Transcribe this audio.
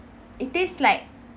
it tastes like